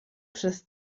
przez